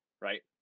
Right